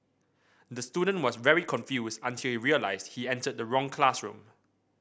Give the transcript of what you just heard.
the student was very confused until he realised he entered the wrong classroom